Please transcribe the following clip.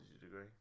degree